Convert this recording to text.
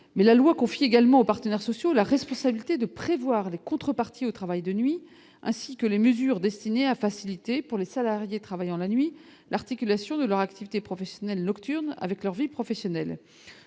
mais la loi confie également aux partenaires sociaux la responsabilité de prévoir des contreparties au travail de nuit ainsi que les mesures destinées à faciliter pour les salariés travaillant la nuit, l'articulation de leur activité professionnelle nocturne avec leur vie professionnelle,